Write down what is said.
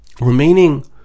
remaining